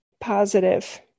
positive